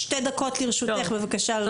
דקות לרשותך, בבקשה.